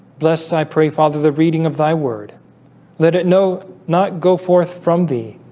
bless i pray father the reading of thy word let it no not go forth from thee